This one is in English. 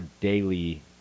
daily